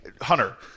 Hunter